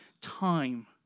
time